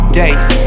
days